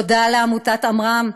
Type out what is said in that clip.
תודה לעמותת עמרם,